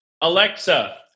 Alexa